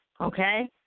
Okay